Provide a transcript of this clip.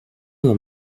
the